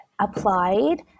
applied